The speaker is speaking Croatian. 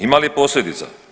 Ima li posljedica?